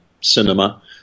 cinema